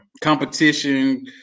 competition